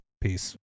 peace